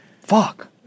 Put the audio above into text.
Fuck